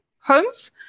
homes